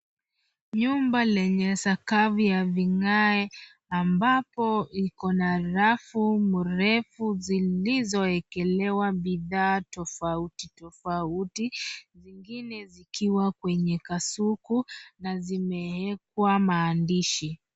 Nyumba lenye sakafu ya vigae ambapo iko na rafu mrefu zilizoekelewa bidhaa tofauti tafauti zingine zikiwa kwenye kasuku na zimewekwa maandishi.